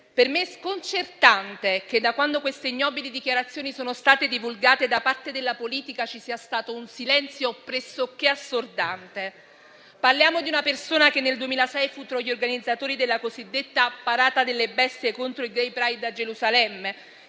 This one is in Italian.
per me è sconcertante che, da quando questo ignobili dichiarazioni sono state divulgate, da parte della politica ci sia stato un silenzio pressoché assordante. Parliamo di una persona che nel 2006 fu tra gli organizzatori della cosiddetta parata delle bestie contro il *gay pride* a Gerusalemme,